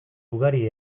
ugari